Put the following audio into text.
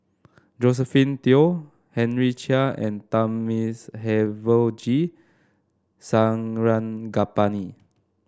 Josephine Teo Henry Chia and Thamizhavel G Sarangapani